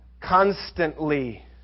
constantly